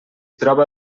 troba